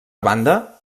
banda